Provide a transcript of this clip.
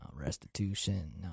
restitution